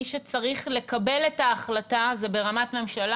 מי שצריך לקבל את ההחלטה זה ברמת ממשלה